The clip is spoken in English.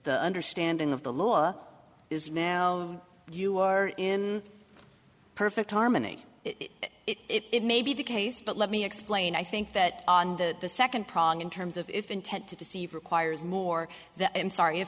the understanding of the law is now you are in perfect harmony it may be the case but let me explain i think that on the the second prong in terms of if intent to deceive requires more than i'm sorry i